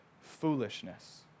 foolishness